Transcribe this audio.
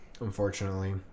unfortunately